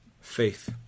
Faith